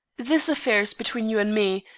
this affair is between you and me,